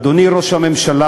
אדוני ראש הממשלה,